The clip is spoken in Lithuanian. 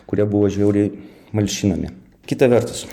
kurie buvo žiauriai malšinami kita vertus